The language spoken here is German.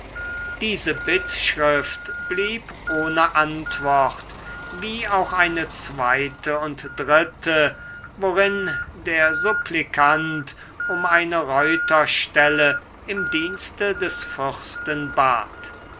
diese bittschrift blieb ohne antwort wie auch eine zweite und dritte worin der supplikant um eine reuterstelle im dienste des fürsten bat